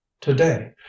Today